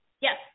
Yes